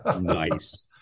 Nice